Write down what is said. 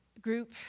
group